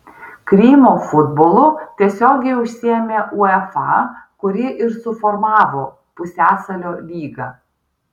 krymo futbolu tiesiogiai užsiėmė uefa kuri ir suformavo pusiasalio lygą